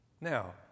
Now